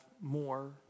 more